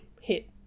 hit